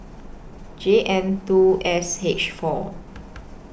J N two S H four